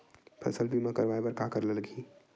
फसल बीमा करवाय बर का का लगही?